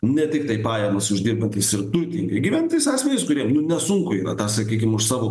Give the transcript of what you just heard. ne tiktai pajamas uždirbantys ir turtingai gyvenantys asmenys kuriem nu nesunku yra tą sakykim už savo